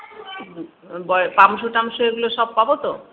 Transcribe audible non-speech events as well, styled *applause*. *unintelligible* pump shoe টামশু এগুলো সব পাব তো